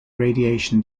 radiation